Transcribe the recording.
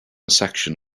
section